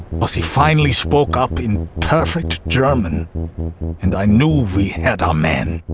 but he finally spoke up in perfect german and i knew we had our man.